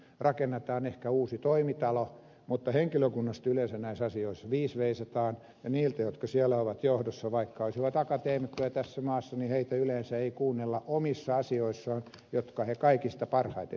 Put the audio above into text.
rakennetaan ehkä uusi toimitalo mutta henkilökunnasta yleensä näissä asioissa viis veisataan ja niitä jotka siellä ovat johdossa vaikka olisivat akateemikkoja tässä maassa yleensä ei kuunnella omissa asioissaan jotka he kaikista parhaiten tietävät